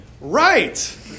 Right